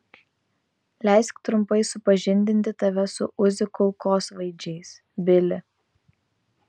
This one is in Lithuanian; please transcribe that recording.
leisk trumpai supažindinti tave su uzi kulkosvaidžiais bili